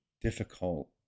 difficult